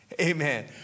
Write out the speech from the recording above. Amen